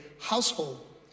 household